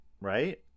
right